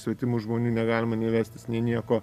svetimų žmonių negalima nei vestis nei nieko